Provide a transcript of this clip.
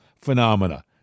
Phenomena